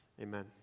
Amen